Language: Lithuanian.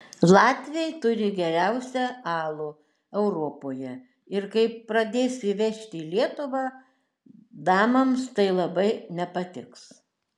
latviai turi geriausią alų europoje ir kai pradės jį vežti į lietuvą danams tai labai nepatiks